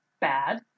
bad